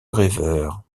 rêveur